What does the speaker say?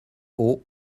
haut